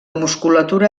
musculatura